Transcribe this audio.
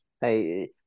Hey